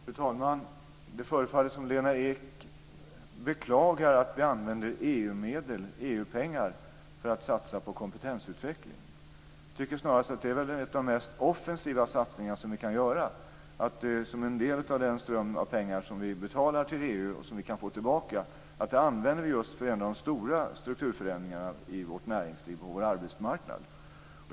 Fru talman! Det förefaller som om Lena Ek beklagar att vi använder EU-pengar för att satsa på kompetensutveckling. Jag tycker snarast att det är en av de mest offensiva satsningar vi kan göra. En del av den ström av pengar som vi betalar till EU och som vi kan få tillbaka använder vi för en av de stora strukturförändringarna i vårt näringsliv och på vår arbetsmarknad.